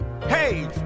Hey